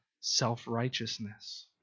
self-righteousness